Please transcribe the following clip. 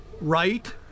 Right